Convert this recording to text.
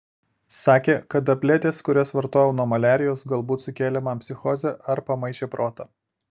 sakė kad tabletės kurias vartojau nuo maliarijos galbūt sukėlė man psichozę ar pamaišė protą